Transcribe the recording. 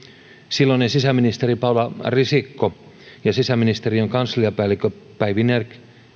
silloinen sisäministeri paula risikko ja sisäministeriön kansliapäällikkö päivi nerg